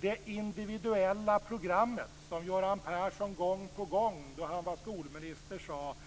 Det individuella programmet, som Göran Persson gång på gång då han var skolminister sade